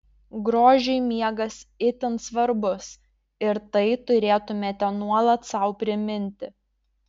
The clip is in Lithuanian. grožiui miegas itin svarbus ir tai turėtumėte nuolat sau priminti